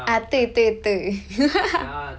ah 对对对